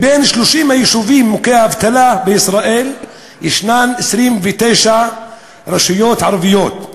בין 30 היישובים מוכי האבטלה בישראל יש 29 רשויות ערביות.